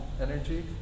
energy